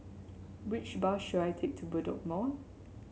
which bus should I take to Bedok Mall